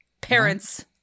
parents